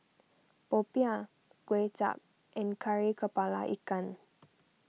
Popiah Kway Chap and Kari Kepala Ikan